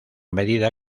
medida